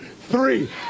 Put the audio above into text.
three